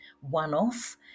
one-off